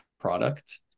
product